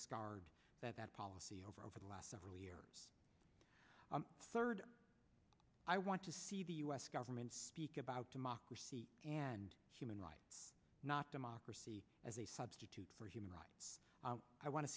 scarred that that policy over over the last several years third i want to see the u s government speak about democracy and human rights not democracy as a substitute for human rights i wan